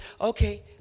okay